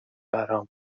برام